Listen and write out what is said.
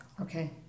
okay